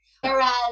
Whereas